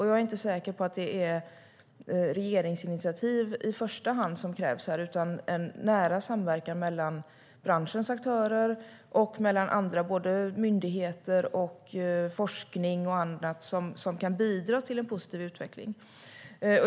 Jag är inte säker på att det i första hand är regeringsinitiativ som krävs, utan en nära samverkan mellan branschens aktörer och myndigheter, forskning och annat kan bidra till en positiv utveckling.